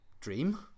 dream